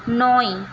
নয়